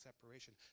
separation